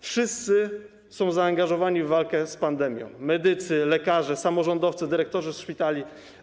Wszyscy są zaangażowani w walkę z pandemią: medycy, lekarze, samorządowcy, dyrektorzy szpitali.